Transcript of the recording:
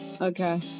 Okay